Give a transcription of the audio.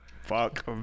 Fuck